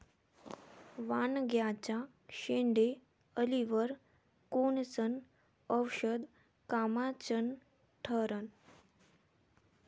वांग्याच्या शेंडेअळीवर कोनचं औषध कामाचं ठरन?